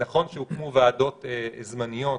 נכון שהוקמו ועדות זמניות